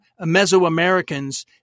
Mesoamericans